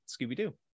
Scooby-Doo